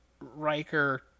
Riker